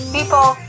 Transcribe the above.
People